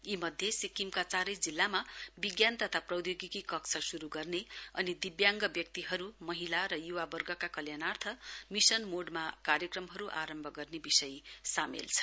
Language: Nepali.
यी मध्ये सिक्किमका चारै जिल्लामा विज्ञान तथा प्रौधोगिकी कक्ष शुरु गर्ने अनि दिब्याङ्ग व्यक्तिहरु महिला र य़ुवावर्गका कल्याणार्थ मिशन मोड कार्यक्रमहरु आरम्भ गर्ने विषय सामेल छन्